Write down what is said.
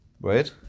right